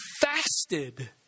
fasted